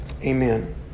Amen